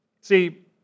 See